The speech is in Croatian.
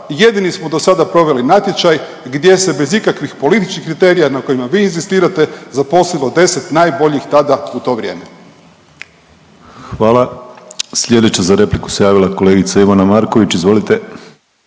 jedini smo dosada proveli natječaj gdje se bez ikakvih političkih kriterija na kojima vi inzistirate zaposlilo 10 najboljih tada u to vrijeme. **Penava, Ivan (DP)** Hvala. Slijedeća za repliku se javila kolegica Ivana Marković, izvolite.